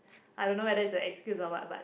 I don't know whether is a excuse or what but